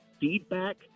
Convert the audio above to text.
feedback